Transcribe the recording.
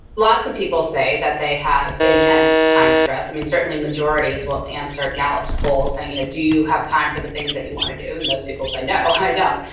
lots of people say that they have intense time stress. i mean, certainly majorities will answer gallup's poll saying, you know do you have time for the things that you want to do? and most people say, no i don't.